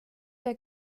der